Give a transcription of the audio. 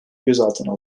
gözaltına